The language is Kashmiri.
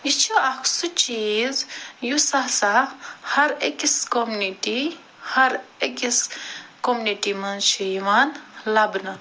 یہ چھُ اَکھ سُہ چیٖز یُس ہسا ہر اکِس کوٚمنِٹی ہر اکِس کوٚمنِٹی منٛز چھُ یِوان لبنہٕ